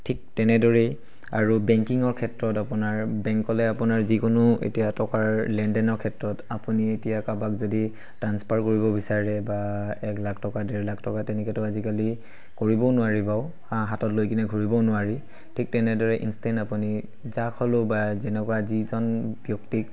ঠিক তেনেদৰেই আৰু বেংকিঙৰ ক্ষেত্ৰত আপোনাৰ বেংকলৈ আপোনাৰ যিকোনো এতিয়া টকাৰ লেনদেনৰ ক্ষেত্ৰত আপুনি এতিয়া কাৰোবাক যদি ট্ৰাঞ্চফাৰ কৰিব বিচাৰে বা এক লাখ টকা ডেৰ লাখ টকা তেনেকৈতো আজিকালি কৰিবও নোৱাৰি বাৰু হাতত লৈ কিনে ঘূৰিবও নোৱাৰি ঠিক তেনেদৰে ইঞ্চটেণ্ট আপুনি যাক হ'লেও বা যেনেকুৱা যিজন ব্যক্তিক